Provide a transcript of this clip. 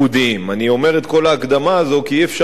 אני אומר את כל ההקדמה הזאת כי אי-אפשר לנתק,